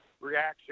reaction